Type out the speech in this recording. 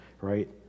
right